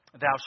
thou